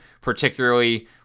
particularly